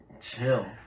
chill